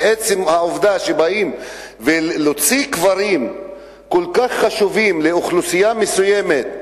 ועצם העובדה שבאים ומוציאים קברים כל כך חשובים לאוכלוסייה מסוימת,